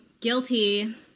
Guilty